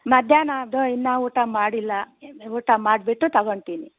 ಮಧ್ಯಾಹ್ನದ್ದು ಇನ್ನೂ ಊಟ ಮಾಡಿಲ್ಲ ಊಟ ಮಾಡಿಬಿಟ್ಟು ತಗೊಳ್ತೀನಿ